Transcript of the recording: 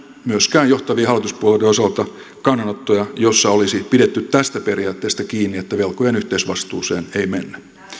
myöskään johtavien hallituspuolueiden osalta kannanottoja joissa olisi pidetty tästä periaatteesta kiinni että velkojen yhteisvastuuseen ei mennä